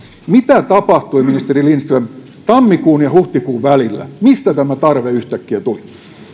mitä tapahtui ministeri lindström tammikuun ja huhtikuun välillä mistä tämä tarve yhtäkkiä tuli